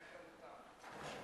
וחירותם.